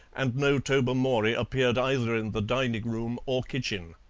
and no tobermory appeared either in the dining-room or kitchen.